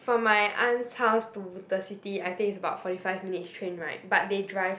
from my aunt's house to the city I think is about forty five minutes train [right] but they drive